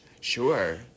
Sure